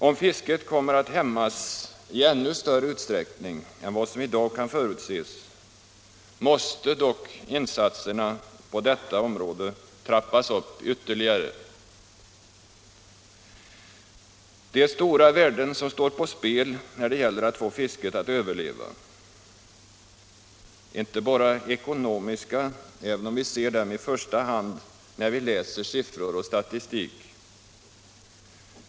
Om fisket kommer att hämmas i ännu större utsträckning än vad som i dag kan förutses, måste dock insatserna på detta område trappas upp ytterligare. Det är stora problem som måste lösas när det gäller att få fisket att överleva, inte bara ekonomiska — även om vi ser dem i första hand när vi läser siffror och statistik.